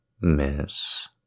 miss